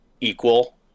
equal